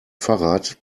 fahrrad